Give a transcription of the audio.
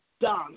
Done